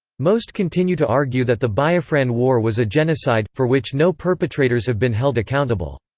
most continue to argue that the biafran war was a genocide, for which no perpetrators have been held accountable.